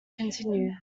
continue